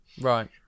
Right